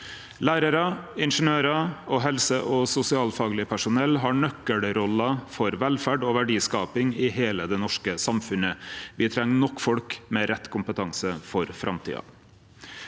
Lærarar, ingeniørar og helse- og sosialfagleg personell har nøkkelroller for velferd og verdiskaping i heile det norske samfunnet. Vi treng nok folk med rett kompetanse for framtida.